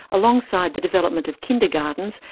alongside the development of kindergartens,